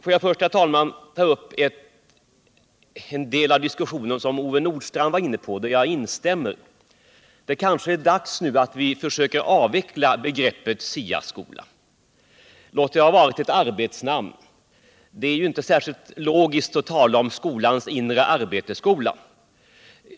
Låt mig först ta upp en punkt i Ove Nordstrandhs anförande. Jag instämmer i att det nu kan vara dags att försöka avveckla begreppet SIA skolan. Det har varit ett arbetsnamn. Det är ju inte särskilt logiskt att tala om skolans-inre-arbete-skolan.